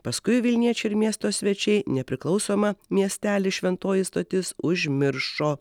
paskui vilniečiai ir miesto svečiai nepriklausomą miestelį šventoji stotis užmiršo